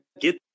get